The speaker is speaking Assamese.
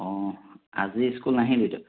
অ' আজি স্কুল নাহিলি দে